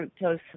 fructose